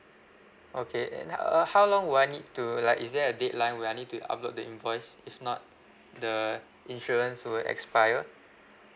okay and uh how long will I need to like is there a deadline where I need to upload the invoice if not the insurance will expire